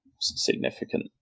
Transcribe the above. significant